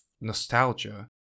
nostalgia